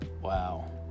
wow